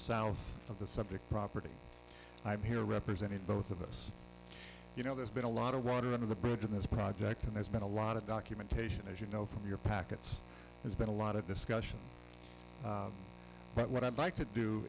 south of the subject property i'm here representing both of us you know there's been a lot of water under the bridge in this project and there's been a lot of documentation as you know from your packets has been a lot of discussion but what i'd like to do